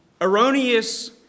erroneous